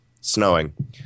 snowing